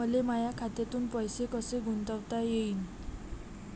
मले माया खात्यातून पैसे कसे गुंतवता येईन?